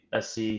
SC